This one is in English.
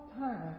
time